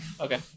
Okay